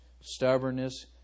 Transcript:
stubbornness